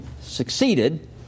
succeeded